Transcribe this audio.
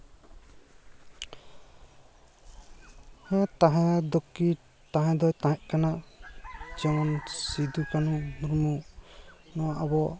ᱦᱮᱸ ᱛᱟᱦᱮᱸ ᱫᱚᱠᱤ ᱛᱟᱦᱮᱸ ᱫᱚᱭ ᱛᱟᱦᱮᱸᱫ ᱠᱟᱱᱟ ᱡᱮᱢᱚᱱ ᱥᱤᱫᱷᱩ ᱠᱟᱹᱱᱩ ᱢᱩᱨᱢᱩ ᱱᱚᱣᱟ ᱟᱵᱚ